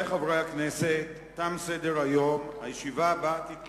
מכריזה הכנסת על מצב חירום עד ליום כ"ה בתמוז